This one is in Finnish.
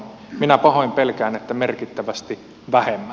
minä pahoin pelkään että merkittävästi vähemmän